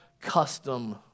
custom